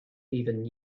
even